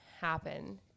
happen